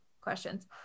questions